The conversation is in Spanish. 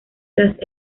tras